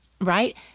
right